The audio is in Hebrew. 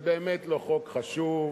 זה באמת לא חוק חשוב.